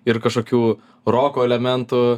ir kažkokių roko elementų